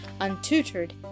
untutored